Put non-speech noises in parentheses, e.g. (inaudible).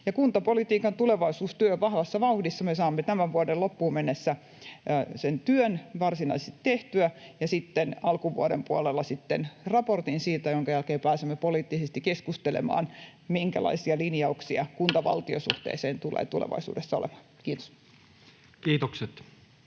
kuntapolitiikan tulevaisuustyö on vahvassa vauhdissa. Me saamme tämän vuoden loppuun mennessä sen työn varsinaisesti tehtyä, ja alkuvuoden puolella sitten raportin siitä, minkä jälkeen pääsemme poliittisesti keskustelemaan, minkälaisia linjauksia (noise) kunta—valtio-suhteessa tulee tulevaisuudessa olemaan. — Kiitos.